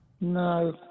No